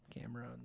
camera